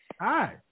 Hi